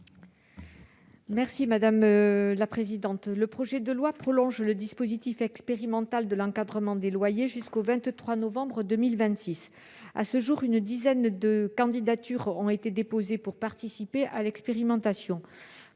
l'amendement n° 485. Le projet de loi prolonge le dispositif expérimental de l'encadrement des loyers jusqu'au 23 novembre 2026. À ce jour, une dizaine de candidatures ont été déposées pour participer à l'expérimentation.